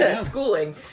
schooling